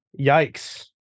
Yikes